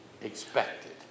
expected